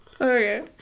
Okay